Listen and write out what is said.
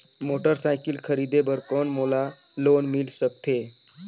Motorcycle खरीदे बर कौन मोला लोन मिल सकथे?